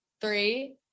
Three